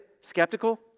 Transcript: skeptical